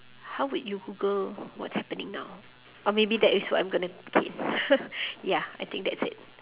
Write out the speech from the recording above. how would you google what's happening now or maybe that is what I'm going to key in ya I think that's it